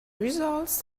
results